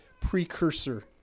precursor